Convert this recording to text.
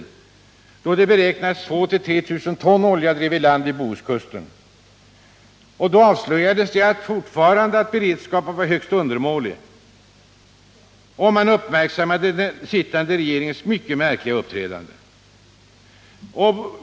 2 000-3 000 ton olja drev i land vid Bohuskusten. Det avslöjades att beredskapen fortfarande är högst undermålig, och den sittande regeringens mycket märkliga uppträdande uppmärksammades.